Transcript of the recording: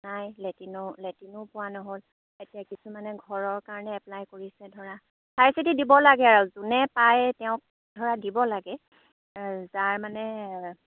নাই লেটিনো লেটিনো পোৱা নহ'ল এতিয়া কিছুমানে ঘৰৰ কাৰণে এপ্লাই কৰিছে ধৰা চাই চিতি দিব লাগে আৰু যোনে পায় তেওঁক ধৰা দিব লাগে যাৰ মানে